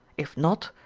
if not,